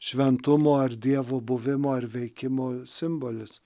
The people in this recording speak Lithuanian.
šventumo ar dievo buvimo ir veikimo simbolis